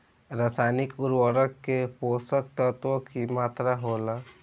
रसायनिक उर्वरक में पोषक तत्व की मात्रा होला?